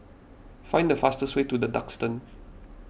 find the fastest way to the Duxton